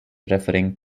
referring